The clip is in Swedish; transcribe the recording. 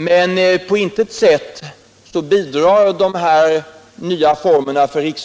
De nya formerna för riksmötets öppnande bidrar emellertid på